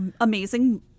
amazing